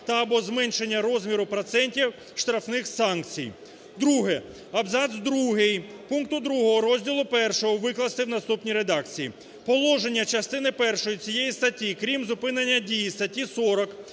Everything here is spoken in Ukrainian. та (або) зменшення розміру процентів штрафних санкцій". Друге. Абзац другий пункту другого розділу І викласти в наступній редакції. "Положення частини першої цієї статті, крім зупинення дії статті 40